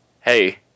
hey